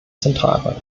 zentralbank